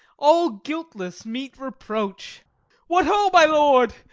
all guiltless, meet reproach what, ho! my lord!